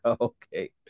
Okay